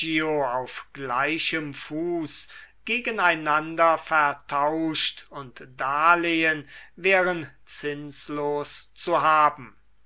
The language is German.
auf gleichem fuß gegeneinander vertauscht und darlehen wären zinslos zu haben